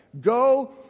Go